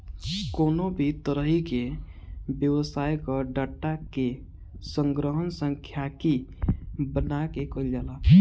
कवनो भी तरही के व्यवसाय कअ डाटा के संग्रहण सांख्यिकी बना के कईल जाला